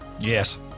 yes